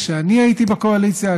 כשאני הייתי בקואליציה,